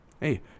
Hey